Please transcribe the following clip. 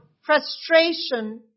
frustration